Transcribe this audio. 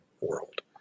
world